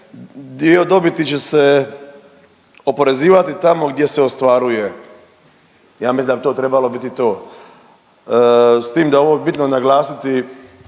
dio dobiti će se oporezivati tamo gdje se ostvaruje. Ja mislim da bi to trebalo biti to. S tim da je ovo bitno naglasiti